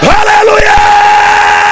Hallelujah